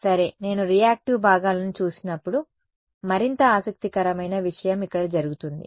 సరే నేను రియాక్టివ్ భాగాలను చూసినప్పుడు మరింత ఆసక్తికరమైన విషయం ఇక్కడ జరుగుతుంది